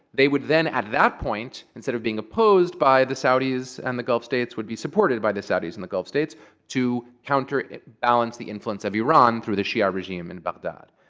they would then, at that point, instead of being opposed by the saudis and the gulf states, would be supported by the saudis and the gulf states to counterbalance the influence of iran through the shia regime in baghdad.